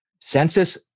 Census